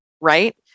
right